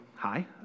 Hi